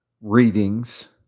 readings